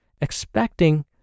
expecting